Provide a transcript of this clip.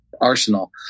arsenal